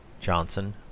johnson